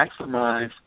maximize